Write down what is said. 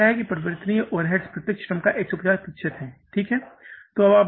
यह कह रहा है कि परिवर्तनीय ओवरहेड प्रत्यक्ष श्रम का 150 प्रतिशत है ठीक है